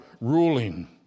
ruling